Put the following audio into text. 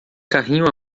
carrinho